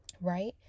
right